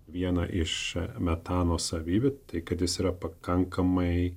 viena iš metano savybių tai kad jis yra pakankamai